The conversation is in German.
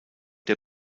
der